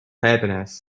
happiness